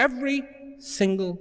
every single